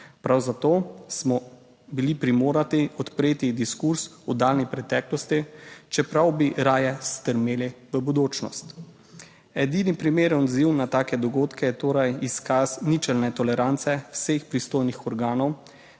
prav zato smo bili primorani odpreti diskurz v daljni preteklosti, čeprav bi raje strmeli v bodočnost. Edini primeren odziv na take dogodke je torej izkaz ničelne tolerance vseh pristojnih organov